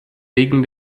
wegen